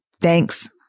Thanks